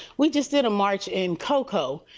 we just did march in cocoa.